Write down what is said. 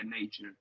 nature